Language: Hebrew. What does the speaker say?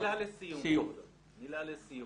מילה לסיום.